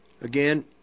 Again